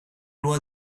loi